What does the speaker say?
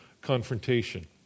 confrontation